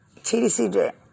TDCJ